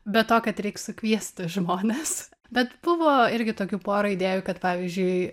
be to kad reik sukviesti žmones bet buvo irgi tokių pora idėjų kad pavyzdžiui